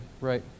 right